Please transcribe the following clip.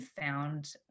found